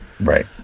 Right